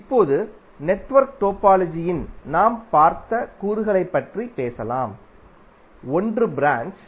இப்போது நெட்வொர்க் டோபாலஜியில் நாம் பார்த்த கூறுகளைப் பற்றி பேசலாம் ஒன்று ப்ராஞ்ச்